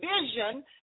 vision